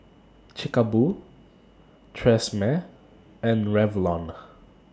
Chic A Boo Tresemme and Revlon